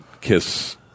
kiss